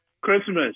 Christmas